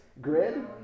grid